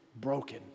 broken